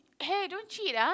eh don't cheat ah